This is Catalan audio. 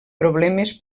problemes